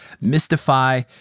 Mystify